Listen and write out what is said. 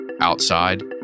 outside